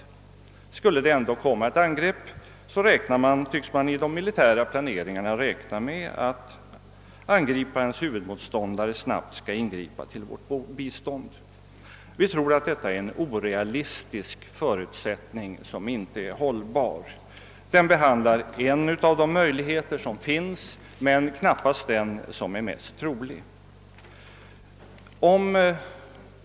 Skulle det ändå komma ett angrepp, räknar man tydligen enligt vad som framgår av de militära planeringarna med att angriparens huvudmotståndare snabbt skall skynda till vårt bistånd. Vi tror att detta är en Öörealistisk förutsättning, som inte är hållbar. Den behandlar en av de möjligheter som finns men knappast den som är mest trolig.